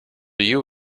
you